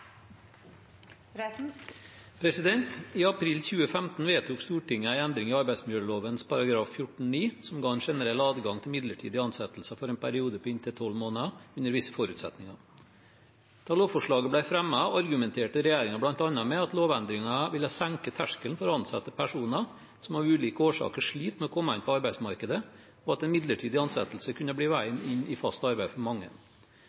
I april 2015 vedtok Stortinget en endring i arbeidsmiljøloven § 14-9, som ga en generell adgang til midlertidig ansettelse for en periode på inntil tolv måneder under visse forutsetninger. Da lovforslaget ble fremmet, argumenterte regjeringen bl.a. med at lovendringen ville senke terskelen for å ansette personer som av ulike årsaker sliter med å komme inn på arbeidsmarkedet, og at en midlertidig ansettelse kunne bli veien inn i fast arbeid for mange.